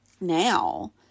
now